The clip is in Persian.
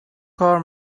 کار